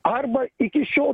arba iki šiol